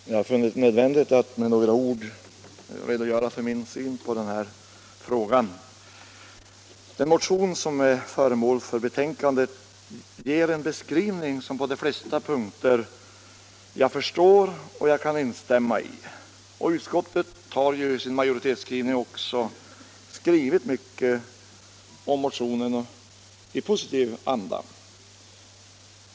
Herr talman! Jag har funnit det nödvändigt att med några ord redogöra för min syn på den här frågan. Den motion som är föremål för behandling i betänkandet ger en be skrivning som jag förstår och på de flesta punkter kan instämma i. Utskottets majoritet har också i sin skrivning uttalat sig i mycket positiv anda om motionen.